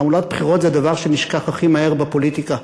תעמולת בחירות זה הדבר שנשכח הכי מהר בפוליטיקה,